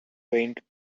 faint